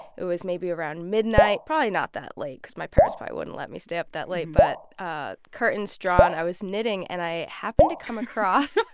it was maybe around midnight, probably not that late because my parents probably wouldn't let me step that late but ah curtains drawn. i was knitting and i happened to come across.